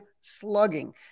slugging